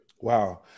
Wow